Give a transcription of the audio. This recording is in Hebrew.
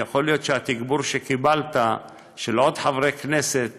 יכול להיות שהתגבור שקיבלת של עוד חברי כנסת